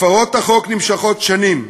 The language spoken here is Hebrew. הפרות החוק נמשכות שנים,